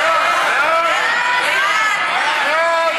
תודה רבה.